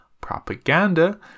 propaganda